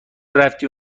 رفتی